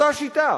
אותה שיטה